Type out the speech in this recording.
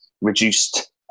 reduced